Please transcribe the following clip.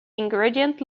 ingredients